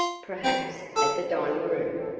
perhaps, as a dining room.